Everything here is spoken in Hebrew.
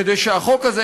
כדי שהחוק הזה,